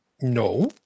no